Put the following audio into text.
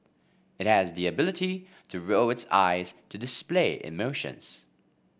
it has the ability to roll its eyes to display emotions